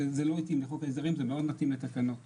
זה לא התאים לחוק ההסדרים, זה מאוד מתאים לתקנות.